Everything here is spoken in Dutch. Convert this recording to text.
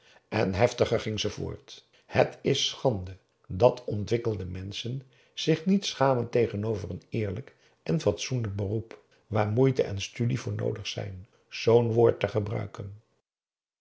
en heftiger ging ze voort het is schande dat ontwikkelde menschen zich niet schamen tegenover een eerlijk en fatsoenlijk beroep waar moeite en studie voor noodig zijn zoo'n woord te gebruiken